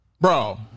Bro